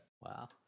Wow